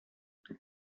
could